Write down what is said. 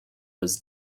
was